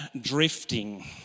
drifting